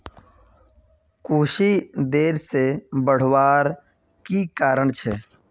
कुशी देर से बढ़वार की कारण छे?